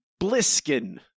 Bliskin